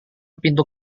pintu